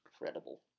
incredible